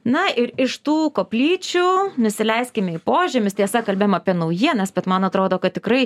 na ir iš tų koplyčių nusileiskime į požemius tiesa kalbėjom apie naujienas bet man atrodo kad tikrai